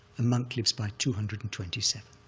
a monk lives by two hundred and twenty seven,